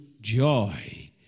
joy